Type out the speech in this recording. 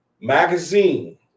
magazine